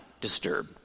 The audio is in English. disturb